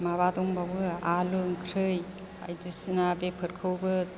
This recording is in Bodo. माबा दंबावो आलु ओंख्रि बायदिसिना बेफोरखौबो